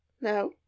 No